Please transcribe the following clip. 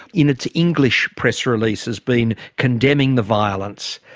in its english press releases, been condemning the violence,